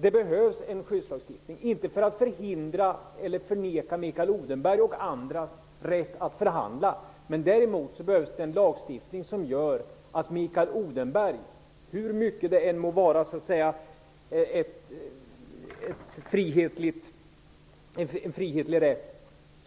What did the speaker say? Det behövs en skyddslagstiftning, inte för att förhindra eller förneka Mikael Odenbergs och andras rätt att förhandla utan för att se till Mikael Odenberg -- hur mycket det än må vara en frihetlig rätt